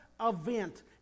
event